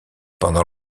pendant